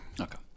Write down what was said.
Okay